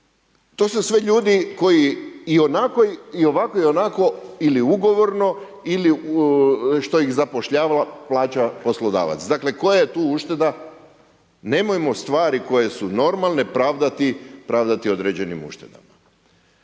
To su sve ljudi koji ionako i ovako i onako ili ugovorno ili što ih zapošljavala plaća poslodavac. Dakle koja je tu ušteda? Nemojmo stvari koje su normalne pravdati određenim uštedama.